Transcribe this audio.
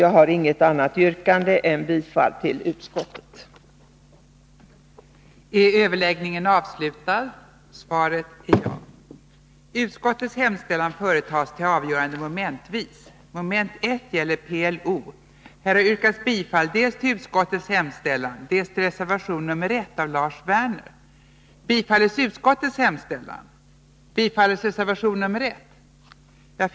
Jag har inget annat yrkande än bifall till utskottets hemställan.